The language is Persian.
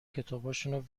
کتابشونو